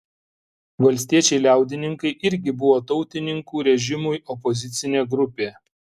valstiečiai liaudininkai irgi buvo tautininkų režimui opozicinė grupė